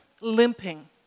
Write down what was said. limping